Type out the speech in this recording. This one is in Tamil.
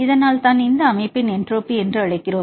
இதனால்தான் இதை அமைப்பின் என்ட்ரோபி என்று அழைக்கிறோம்